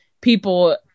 people